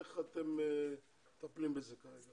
איך אתם מטפלים בזה כרגע.